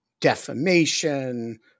defamation